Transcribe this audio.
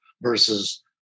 versus